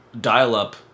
dial-up